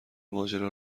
ماجرا